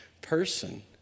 person